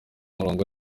murongo